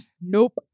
Nope